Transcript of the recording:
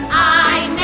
i